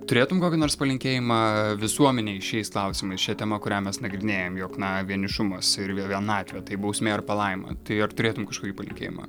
turėtum kokį nors palinkėjimą visuomenei šiais klausimais šia tema kurią mes nagrinėjam jog na vienišumas ir vie vienatvė tai bausmė ar palaima tai ar turėtum kažkokį palinkėjimą